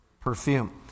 Perfume